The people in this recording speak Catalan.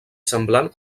semblant